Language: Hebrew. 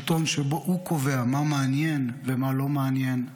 שלטון שהוא קובע מה מעניין ומה לא מעניין,